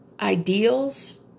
ideals